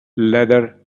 leather